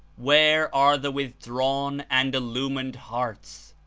where are the withdrawn and illumined hearts?